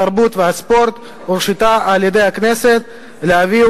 התרבות והספורט הורשתה על-ידי הכנסת להביאה